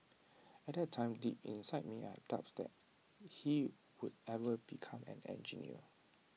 at that time deep inside me I had doubts that he would ever become an engineer